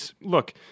Look